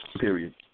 Period